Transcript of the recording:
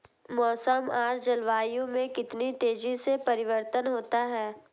मौसम और जलवायु में कितनी तेजी से परिवर्तन होता है?